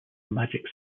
magic